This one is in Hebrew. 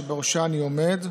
שבראשה אני עומד,